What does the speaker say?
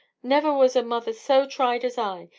never was a mother so tried as i.